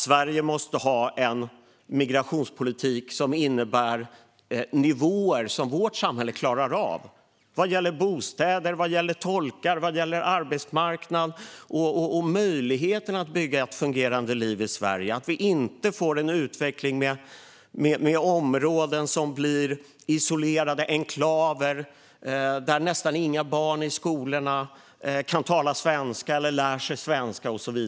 Sverige måste ha en migrationspolitik som innebär nivåer som vårt samhälle klarar av vad gäller bostäder, tolkar, arbetsmarknad och möjligheter att bygga ett fungerande liv i Sverige, så att vi inte får en utveckling med områden som blir isolerade enklaver, där nästan inga barn i skolorna kan tala svenska eller lär sig svenska.